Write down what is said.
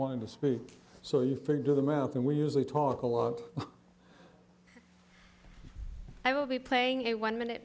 wanting to speak so you do the mouth and we usually talk a lot i will be playing it one minute